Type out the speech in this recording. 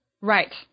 Right